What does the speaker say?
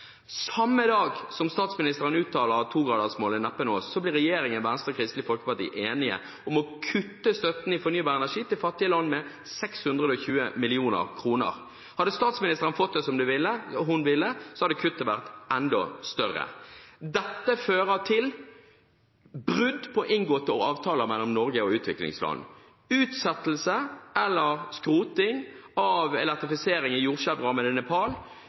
Samme dag som statsministeren uttaler at togradersmålet neppe nås, blir Venstre og Kristelig Folkeparti enige om å kutte støtten til fornybar energi i fattige land med 620 mill. kr. Hadde statsministeren fått det som hun ville, hadde kuttet vært enda større. Dette fører til brudd på inngåtte avtaler mellom Norge og utviklingsland. Utsettelse eller skroting av elektrifisering i